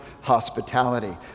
Hospitality